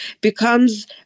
becomes